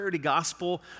gospel